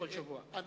כבודו, אני